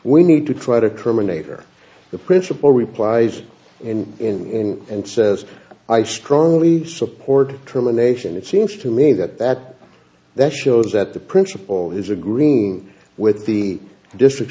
we need to try to terminate or the principal replies in in and says i strongly support true nation it seems to me that that that shows that the principle is agreeing with the district